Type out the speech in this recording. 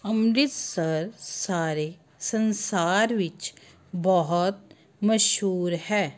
ਅੰਮ੍ਰਿਤਸਰ ਸਾਰੇ ਸੰਸਾਰ ਵਿੱਚ ਬਹੁਤ ਮਸ਼ਹੂਰ ਹੈ